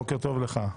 בוקר טוב לך.